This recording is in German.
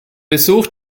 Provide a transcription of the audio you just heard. besuch